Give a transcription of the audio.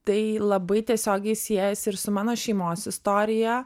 tai labai tiesiogiai siejasi ir su mano šeimos istorija